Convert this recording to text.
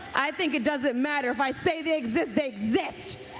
i think it doesn't matter, if i say that exist, i exist.